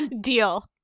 Deal